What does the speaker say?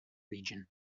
region